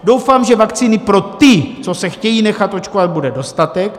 Doufám, že vakcíny pro ty, co se chtějí nechat očkovat, bude dostatek.